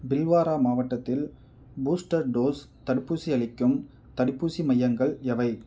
பில்வாரா மாவட்டத்தில் booster dose தடுப்பூசி அளிக்கும் தடுப்பூசி மையங்கள் எவை